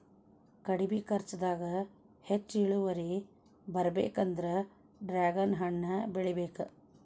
ಕಡ್ಮಿ ಕರ್ಚದಾಗ ಹೆಚ್ಚ ಇಳುವರಿ ಬರ್ಬೇಕಂದ್ರ ಡ್ರ್ಯಾಗನ್ ಹಣ್ಣ ಬೆಳಿಬೇಕ